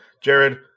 Jared